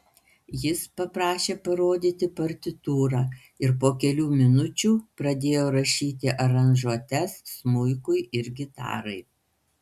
jis paprašė parodyti partitūrą ir po kelių minučių pradėjo rašyti aranžuotes smuikui ir gitarai